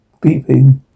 beeping